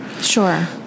Sure